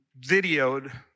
videoed